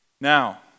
Now